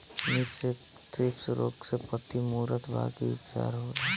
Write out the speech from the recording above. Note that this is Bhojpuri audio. मिर्च मे थ्रिप्स रोग से पत्ती मूरत बा का उपचार होला?